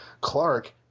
Clark –